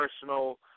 personal